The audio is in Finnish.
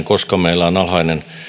koska meillä on alhainen